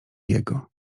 jego